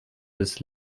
des